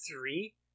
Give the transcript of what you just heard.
three